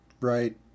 right